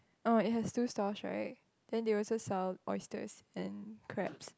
oh it has two stalls right then they also sell oysters and crabs